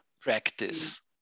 practice